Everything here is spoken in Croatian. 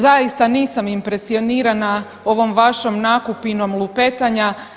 Zaista nisam impresionirana ovom vašom nakupinom lupetanja.